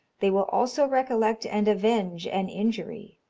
they will also recollect and avenge an injury.